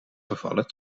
gevallen